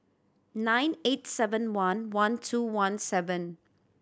nine eight seven one one two one seven